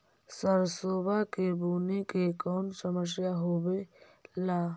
सरसोबा के बुने के कौन समय होबे ला?